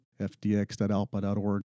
fdx.alpa.org